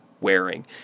wearing